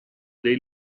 dei